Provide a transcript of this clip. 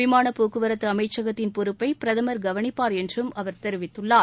விமானப் போக்குவரத்து அமைச்சகத்தின் பொறுப்பை பிரதமர் கவனிப்பார் என்றும் அவர் தெரிவித்துள்ளார்